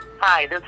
Hi